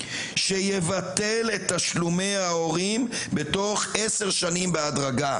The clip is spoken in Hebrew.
"שיבטל את תשלומי ההורים בתוך עשר שנים בהדרגה.